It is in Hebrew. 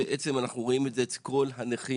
ואנחנו רואים את זה אצל כל הנכים.